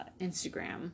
Instagram